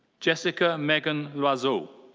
jessica meagan loiseau.